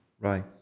Right